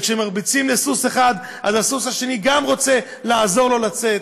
וכשמרביצים לסוס אחד אז הסוס השני גם הוא רוצה לעזור לו לצאת,